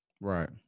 Right